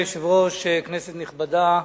אדוני היושב-ראש, כנסת נכבדה,